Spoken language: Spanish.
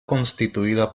constituida